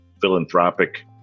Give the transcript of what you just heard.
philanthropic